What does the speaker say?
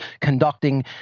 conducting